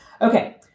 Okay